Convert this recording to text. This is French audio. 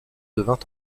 devint